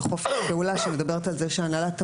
חופש פעולה שמדברת על זה שהנהלת המוזיאון,